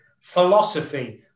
Philosophy